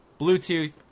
Bluetooth